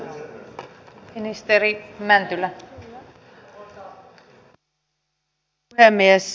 arvoisa puhemies